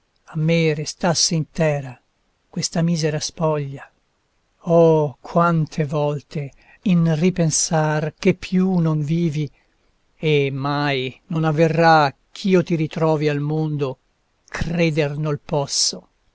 a me restasse intera questa misera spoglia oh quante volte in ripensar che più non vivi e mai non avverrà ch'io ti ritrovi al mondo creder nol posso